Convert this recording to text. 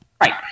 Right